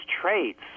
traits